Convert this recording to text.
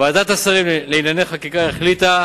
ועדת השרים לענייני חקיקה החליטה